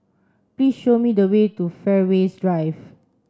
please show me the way to Fairways Drive